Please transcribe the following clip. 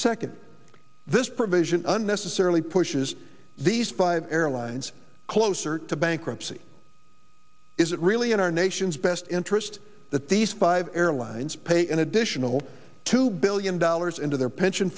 provision unnecessarily pushes these five airlines closer to bankruptcy is it really in our nation's best interest that these five airlines pay an additional two billion dollars into their pension